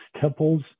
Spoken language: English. temples